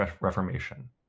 Reformation